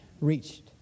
reached